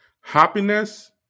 happiness